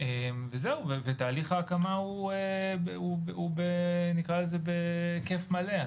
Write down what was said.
ותהליך ההקמה הוא בהיקף מלא.